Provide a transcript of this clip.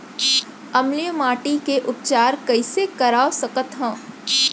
अम्लीय माटी के उपचार कइसे करवा सकत हव?